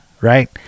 right